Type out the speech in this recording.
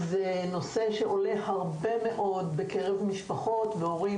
זהו נושא שעולה הרבה מאוד בקרב משפחות והורים